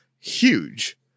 huge